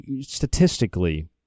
statistically